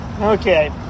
Okay